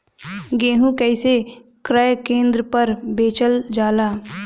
गेहू कैसे क्रय केन्द्र पर बेचल जाला?